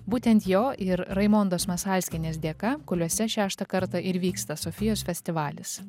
būtent jo ir raimondos masalskienės dėka kuliuose šeštą kartą ir vyksta sofijos festivalis